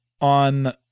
on